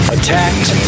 Attacked